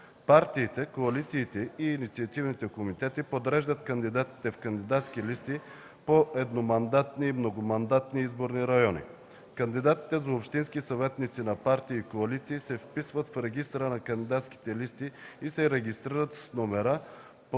Партиите, коалициите и инициативните комитети подреждат кандидатите в кандидатски листи по едномандатни и многомандатни изборни райони. Кандидатите за общински съветници на партии и коалиции се вписват в регистъра на кандидатските листи и се регистрират с номера́, под които